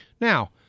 Now